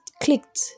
clicked